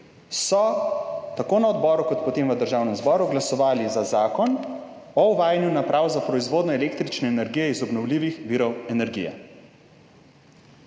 so tako na odboru kot, potem v Državnem zboru glasovali za zakon o uvajanju naprav za proizvodnjo električne energije iz obnovljivih virov energije.